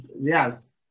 Yes